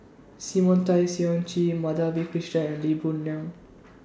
Simon Tay Seong Chee Madhavi Krishnan and Lee Boon Ngan